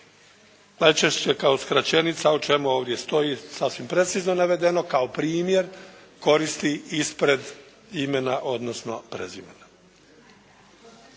najčešće kao skraćenica o čemu ovdje stoji sasvim precizno navedeno kao primjer koristi ispred imena odnosno prezimena.